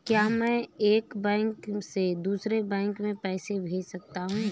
क्या मैं एक बैंक से दूसरे बैंक में पैसे भेज सकता हूँ?